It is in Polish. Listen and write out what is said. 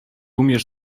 umiesz